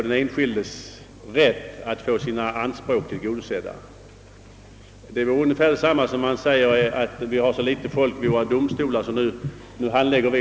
Vad som står i propositionen är ju det som gäller.